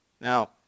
Now